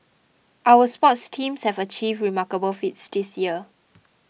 our sports teams have achieved remarkable feats this year